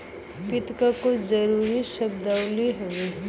वित्त क कुछ जरूरी शब्दावली हउवे